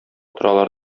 торалар